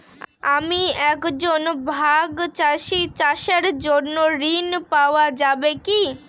আমি একজন ভাগ চাষি চাষের জন্য ঋণ পাওয়া যাবে কি?